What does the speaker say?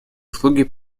услуги